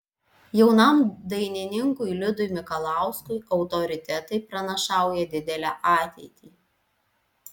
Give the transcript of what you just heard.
jaunam dainininkui liudui mikalauskui autoritetai pranašauja didelę ateitį